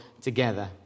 together